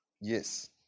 Yes